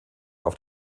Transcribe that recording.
auf